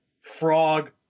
frog